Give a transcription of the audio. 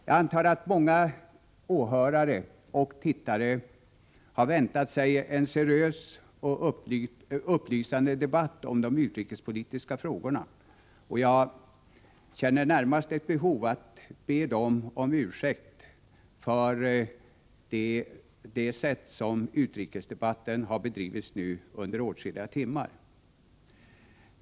Jag antar att många åhörare och TV-tittare har väntat sig en seriös och upplysande debatt om de utrikespolitiska frågorna, och jag känner närmast ett behov av att be dem om ursäkt för det sätt som utrikesdebatten nu har bedrivits på under åtskilliga timmar.